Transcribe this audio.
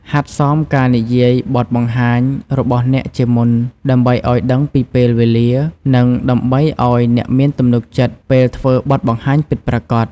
ហាត់សមការនិយាយបទបង្ហាញរបស់អ្នកជាមុន ដើម្បីឱ្យដឹងពីពេលវេលា និងដើម្បីឱ្យអ្នកមានទំនុកចិត្តពេលធ្វើបទបង្ហាញពិតប្រាកដ។